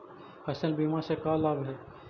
फसल बीमा से का लाभ है?